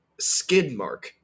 Skidmark